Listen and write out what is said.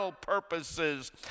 purposes